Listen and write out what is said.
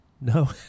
No